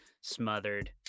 smothered